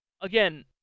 again